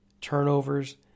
Turnovers